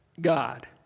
God